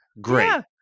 great